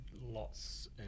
lots